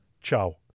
ciao